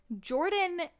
Jordan